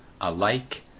alike